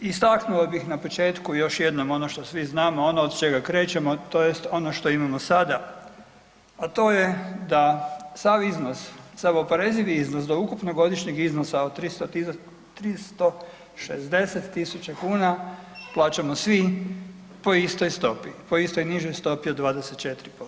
Istaknuo bih na početku još jednom ono što svi znamo, ono od čega krećemo tj. ono što imamo sada, a to je da sav iznos, sav oporezivi iznos od ukupnog godišnjeg iznosa od 360.000 kuna plaćamo svi po istoj stopi, po istoj nižoj stopi od 24%